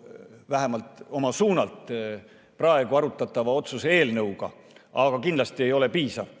– vähemalt oma suunalt – praegu arutatava otsuse eelnõuga, aga kindlasti ei ole piisav.